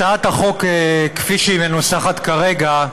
הצעת החוק כפי שהיא מנוסחת כרגע,